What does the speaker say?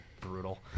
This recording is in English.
brutal